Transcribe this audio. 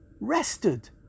rested